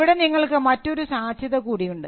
ഇവിടെ നിങ്ങൾക്ക് മറ്റൊരു സാധ്യത കൂടിയുണ്ട്